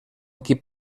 qui